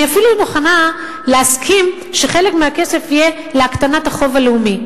אני אפילו מוכנה להסכים שחלק מהכסף יהיה להקטנת החוב הלאומי.